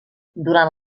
durant